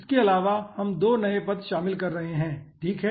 इसके अलावा हम 2 नए पद शामिल कर रहे हैं ठीक है